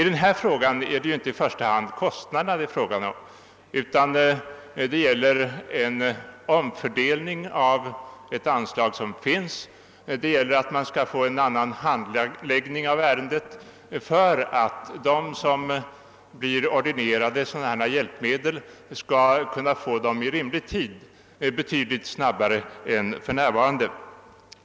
Det är här inte i första hand kostnaderna det är fråga om, utan det gäller en omfördelning av ett anslag som finns. Man vill ha en sådan handläggning av ärendena att de människor, åt vilka ordineras sådana här hjälpmedel, skall kunna få dem i rimlig tid och betydligt snabbare än för närvarande.